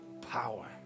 power